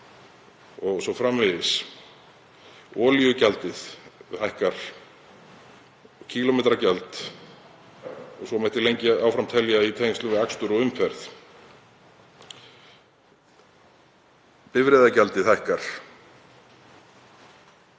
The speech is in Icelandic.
af öðru bensíni, olíugjaldið hækkar, kílómetragjald og svo mætti lengi áfram telja í tengslum við akstur og umferð. Bifreiðagjaldið hækkar,